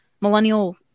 millennial